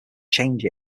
change